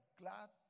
glad